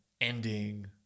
ending